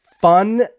fun